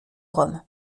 rome